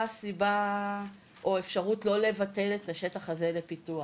סיבה או אפשרות לא לבטל את השטח הזה לפיתוח.